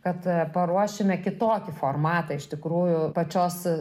kad paruošime kitokį formatą iš tikrųjų pačios